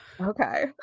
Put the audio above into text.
Okay